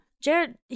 Jared